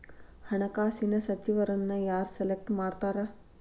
ಹಣಕಾಸಿನ ಸಚಿವರನ್ನ ಯಾರ್ ಸೆಲೆಕ್ಟ್ ಮಾಡ್ತಾರಾ